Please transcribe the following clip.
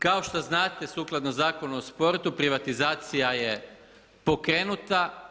Kao što znate, sukladno Zakonu o sportu, privatizacija je pokrenuta.